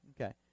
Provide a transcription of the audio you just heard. Okay